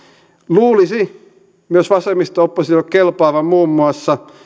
luulisi myös vasemmisto oppositiolle kelpaavan muun muassa